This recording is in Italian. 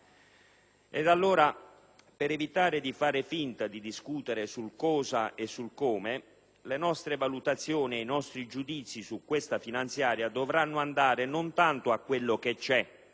Allora, per evitare di far finta di discutere sul cosa e sul come, le nostre valutazioni e i nostri giudizi su questa finanziaria dovranno andare non tanto a quello che c'è,